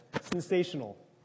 sensational